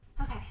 Okay